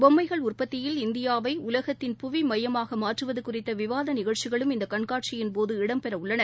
பொம்மைகள் உற்பத்தியில் இந்தியாவை உலகத்தின் புவி மையமாக மாற்றுவது குறித்த விவாத நிகழ்ச்சிகளும் இந்த கண்காட்சியின்போது இடம்பெறவுள்ளன